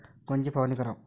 कोनची फवारणी कराव?